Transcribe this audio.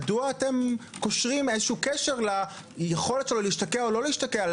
מדוע אתם קושרים קשר ליכולתו להשתקע או לא להשתקע,